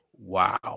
Wow